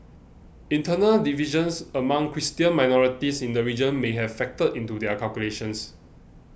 internal divisions among Christian minorities in the region may have factored into their calculations